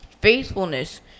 faithfulness